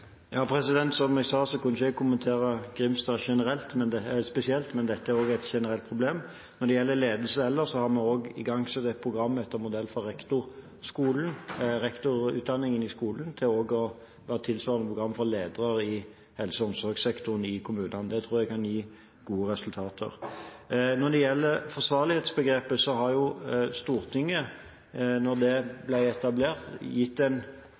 Som jeg sa, kommer jeg ikke til å kommentere Grimstad spesielt, men dette er også et generelt problem. Når det gjelder ledelse, har vi igangsatt et program etter modell fra rektorutdanningen i skolen for å ha et tilsvarende program for ledere i helse- og omsorgssektoren i kommunene. Det tror jeg kan gi gode resultater. Når det gjelder forsvarlighetsbegrepet, ga Stortinget, da dette ble etablert, en ganske tydelig og videre beskrivelse enn at det bare skal være forsvarlig. Når det gjelder forsvarlighetsbegrepet, skal en